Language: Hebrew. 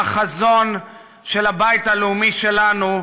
בחזון של הבית הלאומי שלנו,